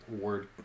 word